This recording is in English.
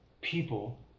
people